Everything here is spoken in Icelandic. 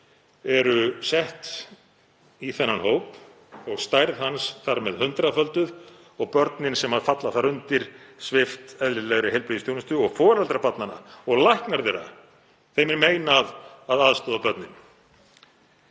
eru sett í þennan hóp og stærð hans þar með hundraðfölduð og börnin sem falla þar undir svipt eðlilegri heilbrigðisþjónustu og foreldrum barnanna og læknum þeirra meinað að aðstoða börnin.